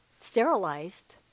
sterilized